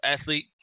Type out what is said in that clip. athlete